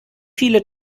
viele